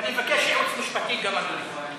ואני מבקש ייעוץ משפטי גם, אדוני.